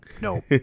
no